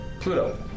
Pluto